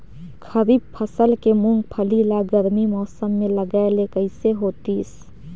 खरीफ फसल के मुंगफली ला गरमी मौसम मे लगाय ले कइसे होतिस?